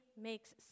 makes